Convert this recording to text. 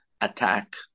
attack